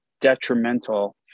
detrimental